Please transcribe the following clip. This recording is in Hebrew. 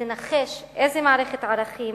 ותנחש איזו מערכת ערכים